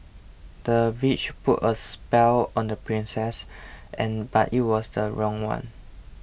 the witch put a spell on the princess and but it was the wrong one